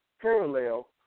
parallel